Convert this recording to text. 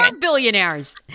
billionaires